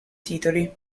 titoli